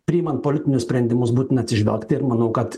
priimant politinius sprendimus būtina atsižvelgti ir manau kad